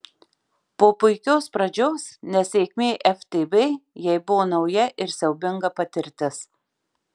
po puikios pradžios nesėkmė ftb jai buvo nauja ir siaubinga patirtis